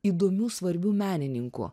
įdomių svarbių menininkų